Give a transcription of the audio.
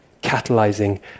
catalyzing